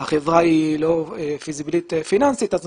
החברה היא לא פיזיבילית פיננסית אני